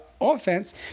offense